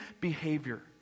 behavior